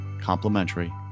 complimentary